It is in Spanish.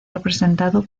representado